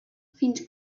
fins